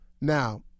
Now